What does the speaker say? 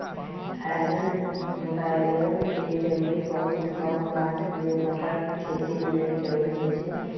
iron बैरौन के जरूरी बहुत कम मात्र में मतर खेती लेल जरूरी होइ छइ